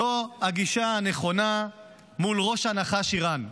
זו הגישה הנכונה מול ראש הנחש, איראן.